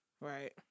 Right